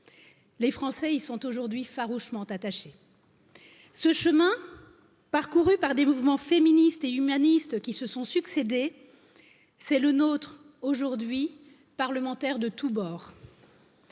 l'opinion, yy sont aujourd'hui farouchement attachés. Ce chemin parcouru par des mouvements féministes et humanistes qui se sont succédé C'est le nôtre, aujourd'hui parlementaire de tout bord.